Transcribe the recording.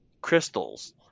crystals